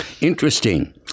Interesting